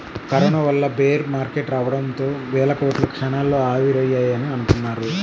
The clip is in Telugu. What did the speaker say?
కరోనా వల్ల బేర్ మార్కెట్ రావడంతో వేల కోట్లు క్షణాల్లో ఆవిరయ్యాయని అంటున్నారు